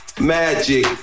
magic